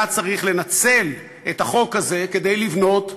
היה צריך לנצל את החוק הזה כדי לבנות,